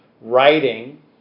writing